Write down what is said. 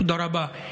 תודה רבה.